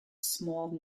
small